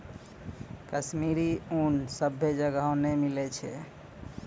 कश्मीरी ऊन सभ्भे जगह नै मिलै छै